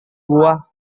buah